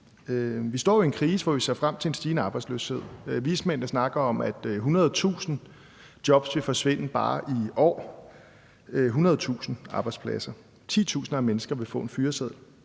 Vi står jo i en krise, hvor vi ser frem til en stigende arbejdsløshed. Vismændene snakker om, at 100.000 jobs vil forsvinde bare i år – 100.000 arbejdspladser. Titusinder af mennesker vil få en fyreseddel.